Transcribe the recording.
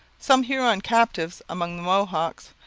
some huron captives among the mohawks,